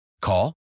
Call